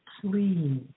please